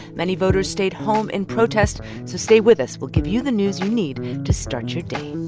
many voters stayed home in protest. so stay with us. we'll give you the news you need to start your day